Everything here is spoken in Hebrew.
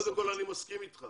אני מסכים אתך